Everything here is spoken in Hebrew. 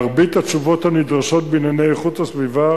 מרבית התשובות הנדרשות בענייני איכות הסביבה